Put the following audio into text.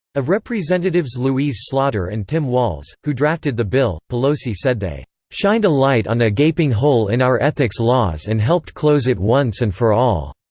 of representatives louise slaughter and tim walz, walz, who drafted the bill, pelosi said they shined a light on a gaping hole in our ethics laws and helped close it once and for all.